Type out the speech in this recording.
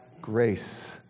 grace